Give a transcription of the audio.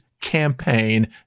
campaign